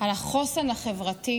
על החוסן החברתי,